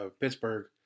Pittsburgh